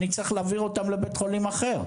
אני צריך להעביר אותם לבית חולים אחר.